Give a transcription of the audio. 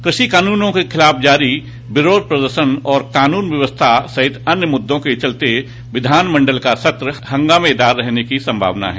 कृषि कानूनों के खिलाफ जारी विरोध प्रदर्शन और कानून व्यवस्था सहित अन्य मुद्दों के चलते विधानमंडल का सत्र हंगामेदार रहने की संभावना है